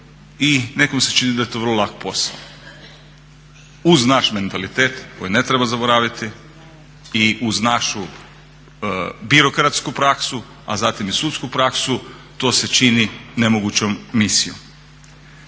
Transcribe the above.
i nekom se čini da je to vrlo lak posao. Uz naš mentalitet koji ne treba zaboraviti i uz našu birokratsku praksu, a zatim i sudsku praksu to se čini nemogućom misijom.